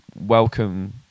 welcome